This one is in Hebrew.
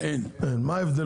אין.